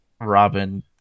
Robin